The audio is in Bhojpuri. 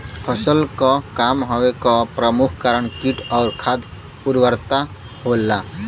फसल क कम होवे क प्रमुख कारण कीट और खाद उर्वरता होला